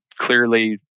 clearly